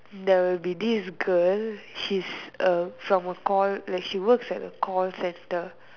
there will be this girl she's a from a call like she works at a call centre